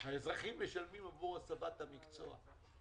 האזרחים משלמים עבור הסבת המקצוע,